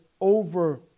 over